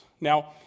Now